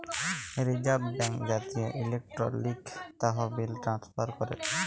reserve bank জাতীয় electronic তহবিল transfer ক্যরে